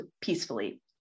peacefully